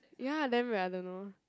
ya damn weird I don't know